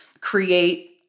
create